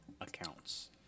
accounts